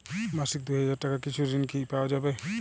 মাসিক দুই হাজার টাকার কিছু ঋণ কি পাওয়া যাবে?